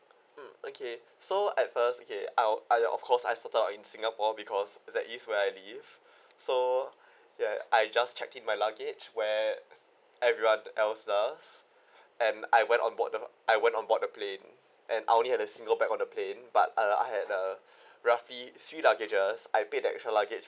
mm okay so at first okay I'll I of course I started out in singapore because there is where I live so that I just check in my luggage where everyone else does and I went on board I went on board the plane and I'll only has a single bag on the plane but uh I had a roughly three luggages I paid the extra luggage